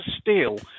steal